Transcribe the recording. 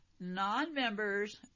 non-members